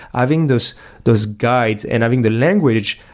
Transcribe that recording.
having those those guides and having the language,